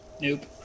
Nope